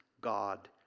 God